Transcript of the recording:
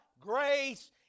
grace